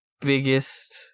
biggest